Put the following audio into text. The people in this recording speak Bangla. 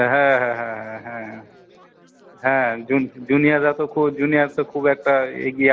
হ্যাঁ হ্যাঁ হ্যাঁ হ্যাঁ হ্যাঁ জিন জুনিয়াররা তো খুব জুনিয়ার তো খুব একটা এগিয়ে